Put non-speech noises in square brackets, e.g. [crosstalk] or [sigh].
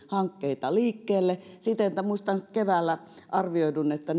hankkeita liikkeelle siten että muistan keväällä arvioidun että [unintelligible]